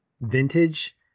vintage